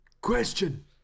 question